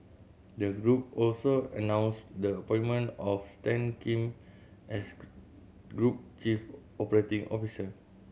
the group also announced the appointment of Stan Kim as group chief operating officer